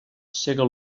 cega